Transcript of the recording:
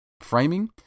framing